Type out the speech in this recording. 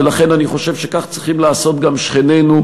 ולכן אני חושב שכך צריכים לעשות גם שכנינו,